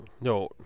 no